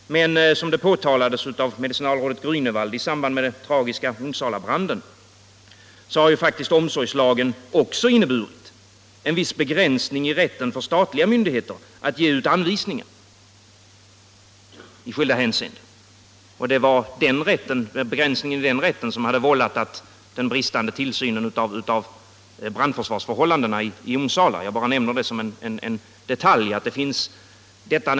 Men som påtalades av medicinalrådet Grunewald i samband med den tragiska Onsalabranden har omsorgslagen faktiskt också inneburit en viss begränsning i rätten för statliga myndigheter att ge ut anvisningar i skilda hänseenden. Begränsningen i den rätten var skulden till den bristande tillsynen av brandförsvarsförhållandena i Onsala. Jag bara nämner det som en detalj.